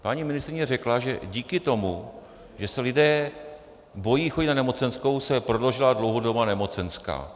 Paní ministryně řekla, že díky tomu, že se lidé bojí chodit na nemocenskou, se prodloužila dlouhodobá nemocenská.